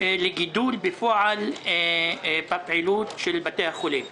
לגידול בפועל בפעילות של בתי החולים.